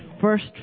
first